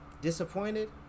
disappointed